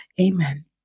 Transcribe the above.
Amen